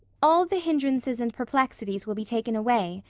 all the hindrances and perplexities will be taken away,